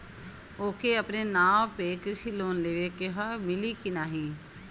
ओके अपने नाव पे कृषि लोन लेवे के हव मिली की ना ही?